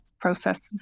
processes